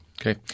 Okay